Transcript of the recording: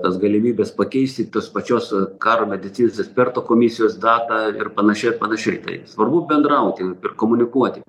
tas galimybės pakeisti tos pačios karo medicinos eksperto komisijos datą ir panašiai ir panašiai svarbu bendrauti ir komunikuoti